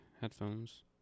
headphones